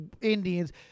Indians